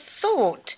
thought